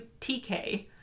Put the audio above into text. TK